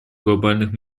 глобальных